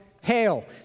hail